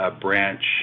branch